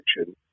action